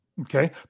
Okay